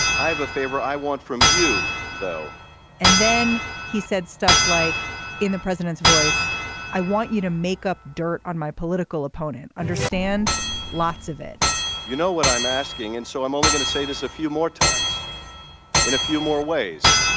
i have a favor i want from you though and then he said stuff like in the president's voice i want you to make up dirt on my political opponent. understand lots of it you know what i'm asking and so i'm only going to say this a few more times in a few more ways